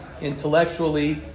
intellectually